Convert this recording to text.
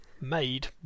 made